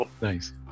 nice